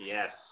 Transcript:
Yes